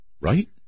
right